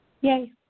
Yay